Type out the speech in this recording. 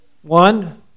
One